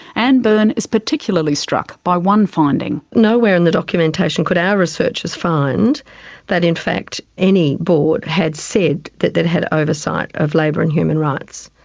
ann byrne is particularly struck by one finding. nowhere in the documentation could our researchers find that in fact any board had said that they'd had oversight of labour and human rights,